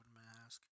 mask